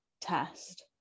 test